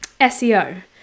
seo